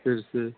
फिर से